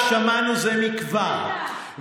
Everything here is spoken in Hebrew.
יאיר לפיד קורא לאנשים לצאת לרחוב בזמן שיש